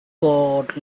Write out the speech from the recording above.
got